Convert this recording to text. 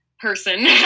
person